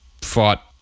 fought